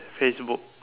Facebook